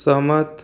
सहमत